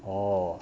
orh